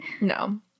no